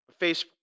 Facebook